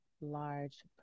large